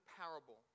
parable